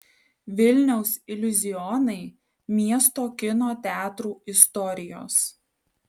vilniaus iliuzionai miesto kino teatrų istorijos